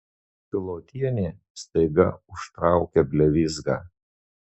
pilotienė staiga užtraukia blevyzgą